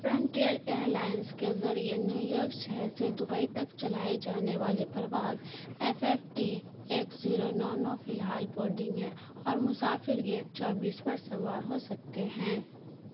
frontier Airlines کے ذریعے New York شہر سے دبئی تک چلائے جانے والے پرواز ایف ایف ٹی ایک زیرو نو نو فی الحال بورڈنگ ہے اور مسافر گیٹ چوبیس پر سوار ہو سکتے ہیں